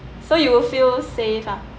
so you will feel safe ah